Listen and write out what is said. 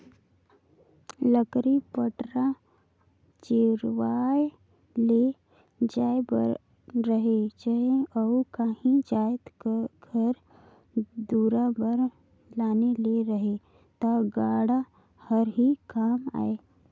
लकरी पटरा चिरवाए ले जाए बर रहें चहे अउ काही जाएत घर दुरा बर लाने ले रहे ता गाड़ा हर ही काम आए